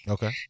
Okay